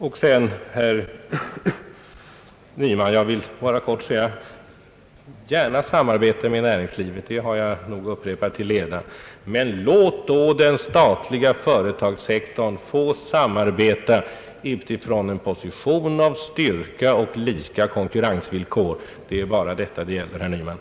Till herr Nyman vill jag bara helt kort säga: Gärna samarbete med näringslivet — det har jag nog upprepat till leda — men låt då den statliga företagssektorn få samarbeta från en position av styrka och på likartade konkurrensvillkor. Det är bara detta det gäller, herr Nyman.